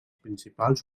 principals